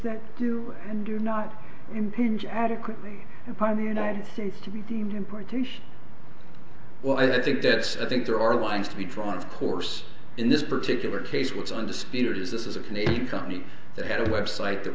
that do and do not impinge adequately upon the united states to be deemed importation well i think that i think there are lines to be drawn of course in this particular case what's undisputed is this is a canadian company that had a website that